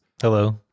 Hello